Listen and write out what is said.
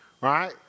Right